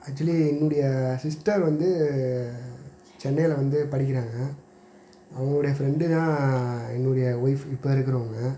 actually என்னுடைய sister வந்து சென்னையில் வந்து படிக்கிறாங்க அவர்களுடைய ஃப்ரெண்டு தான் என்னுடைய ஒய்ஃப் இப்போ இருக்கிறவங்க